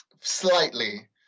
slightly